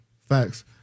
Facts